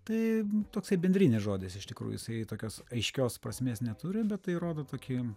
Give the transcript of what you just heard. tai toksai bendrinis žodis iš tikrųjų jisai tokios aiškios prasmės neturi bet tai rodo tokį